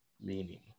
meaning